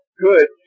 good